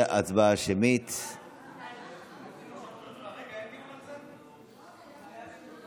התקבלה בקריאה הראשונה ותעבור לוועדת הפנים והגנת הסביבה להכנתה